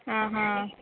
आ हा